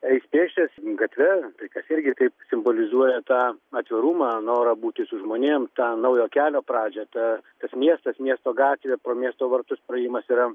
eis pėsčias gatve kas irgi kaip simbolizuoja tą atvirumą norą būti su žmonėm tą naujo kelio pradžią tą tas miestas miesto gatvė pro miesto vartus praėjimas yra